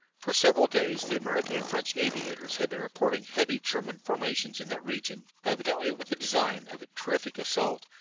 for several days the american and french aviators had been reporting heavy german formations in that region, evidently with the design of a terrific assault,